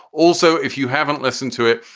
also, if you haven't listened to it,